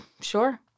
sure